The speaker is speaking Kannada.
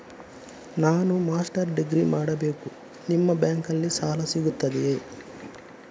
ನಾನು ಮಾಸ್ಟರ್ ಡಿಗ್ರಿ ಮಾಡಬೇಕು, ನಿಮ್ಮ ಬ್ಯಾಂಕಲ್ಲಿ ಸಾಲ ಸಿಗುತ್ತದೆಯೇ?